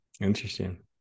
Interesting